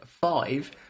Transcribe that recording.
five